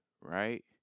right